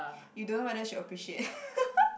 you don't know whether she appreciate